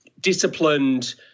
disciplined